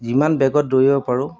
যিমান বেগত দৌৰিব পাৰোঁ